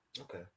Okay